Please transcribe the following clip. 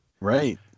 Right